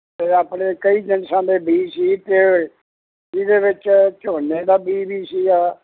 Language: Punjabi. ਅਤੇ ਆਪਣੇ ਕਈ ਜਿਨਸਾਂ ਦੇ ਬੀਜ ਸੀ ਅਤੇ ਜਿਹਦੇ ਵਿੱਚ ਝੋਨੇ ਦਾ ਬੀਜ ਵੀ ਸੀਗਾ